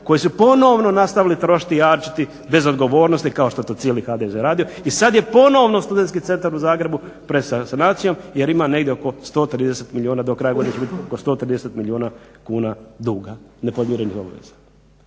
koji su ponovno nastavili trošiti i jarčiti bez odgovornosti kao što to cijeli HDZ radio. I sad je ponovno Studentski centar u Zagrebu pred sanacijom, jer ima negdje oko 130 milijuna, do kraja godine će bit oko 130 milijuna kuna duga, nepodmirenih obveza.